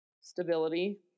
stability